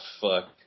fuck